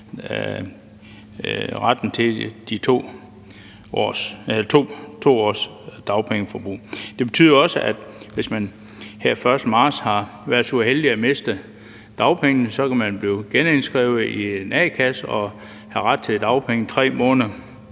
ret til dagpenge i 2 år. Det betyder også, at hvis man her først i marts har været så uheldig at miste dagpengene, kan man blive genindskrevet i en a-kasse og have ret til dagpenge i 3 måneder